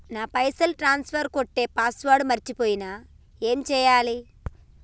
నా పైసల్ ట్రాన్స్ఫర్ కొట్టే పాస్వర్డ్ మర్చిపోయిన ఏం చేయాలి?